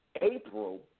April